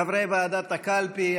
חברי ועדת הקלפי,